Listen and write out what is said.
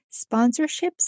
Sponsorships